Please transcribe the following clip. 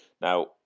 now